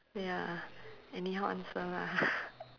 ya anyhow answer lah